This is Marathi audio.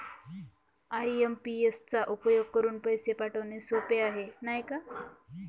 आइ.एम.पी.एस चा उपयोग करुन पैसे पाठवणे सोपे आहे, नाही का